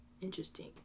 Interesting